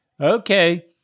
okay